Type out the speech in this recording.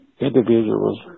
individuals